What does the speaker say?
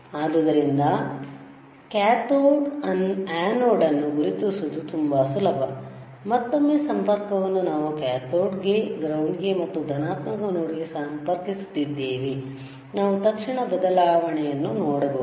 ಆದ್ದರಿಂದ cathode anode ಅನ್ನು ಗುರುತಿಸುವುದು ತುಂಬಾ ಸುಲಭ ಮತ್ತೊಮ್ಮೆ ಸಂಪರ್ಕವನ್ನು ನಾವು ಕ್ಯಾಥೋಡ್ಗೆ ಗ್ರೌಂಡ್ ಗೆ ಮತ್ತು ಧನಾತ್ಮಕ ಆನೋಡ್ಗೆ ಸಂಪರ್ಕಿಸುತ್ತಿದ್ದೇವೆ ನಾವು ತಕ್ಷಣ ಬದಲಾವಣೆಯನ್ನು ನೋಡಬಹುದು